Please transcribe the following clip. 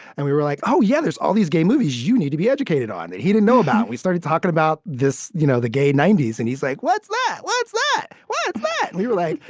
and we were, like, oh, yeah. there's all these gay movies you need to be educated on that he didn't know about. and we started talking about this you know, the gay nineties. and he's, like, what's that? what's that? what's that? and we were, like,